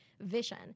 vision